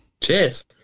Cheers